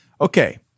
Okay